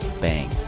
bang